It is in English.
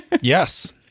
Yes